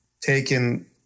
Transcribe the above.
taken